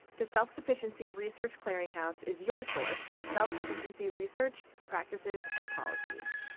the self-sufficiency research clearinghouse is your source for self-sufficiency research, practices, and policies.